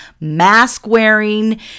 mask-wearing